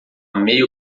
meio